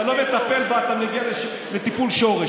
אם אתה לא מטפל בה אתה מגיע לטיפול שורש.